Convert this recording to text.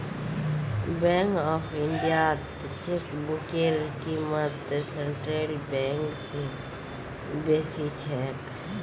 bank of इंडियात चेकबुकेर क़ीमत सेंट्रल बैंक स बेसी छेक